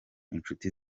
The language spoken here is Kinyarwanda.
inshuti